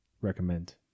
recommend